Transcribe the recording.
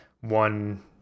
one